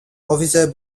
officer